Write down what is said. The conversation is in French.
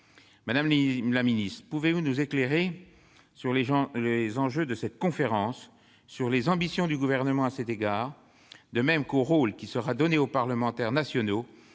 Madame la secrétaire d'État, pouvez-vous nous éclairer sur les enjeux de cette conférence, sur les ambitions du Gouvernement à cet égard et sur le rôle qui sera accordé aux parlementaires nationaux